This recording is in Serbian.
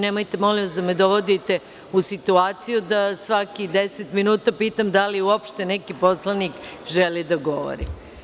Nemojte, molim vas, da me dovodite u situaciju da svakih deset minuta pitam da li uopšte neki poslanik želi da govori.